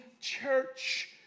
church